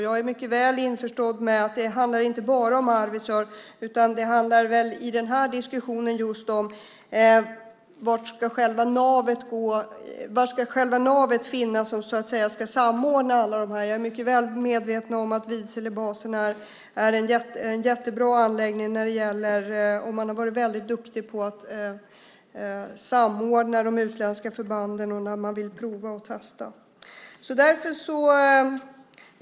Jag är mycket väl införstådd med att det inte bara handlar om Arvidsjaur, utan den här diskussionen handlar också om var själva navet ska finnas som ska samordna. Jag är väl medveten om att Vidselbasen är en jättebra anläggning, och man har varit väldigt duktig på att samordna de utländska förbanden när de vill prova och testa.